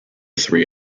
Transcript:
three